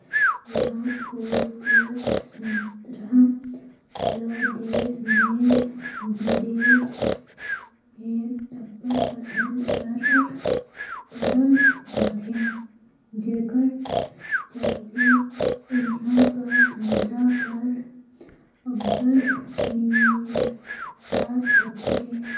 नागपुर कर संतरा ल देस में बिदेस में अब्बड़ पसंद करल जाथे जेकर चलते इहां कर संतरा कर अब्बड़ निरयात होथे